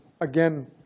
again